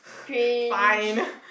cringe